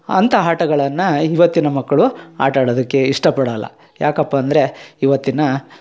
ಅಂಥ ಆಟಗಳನ್ನ ಇವತ್ತಿನ ಮಕ್ಕಳು ಆಟಾಡೋದಕ್ಕೆ ಇಷ್ಟಪಡೋಲ್ಲ ಯಾಕಪ್ಪ ಅಂದರೆ ಇವತ್ತಿನ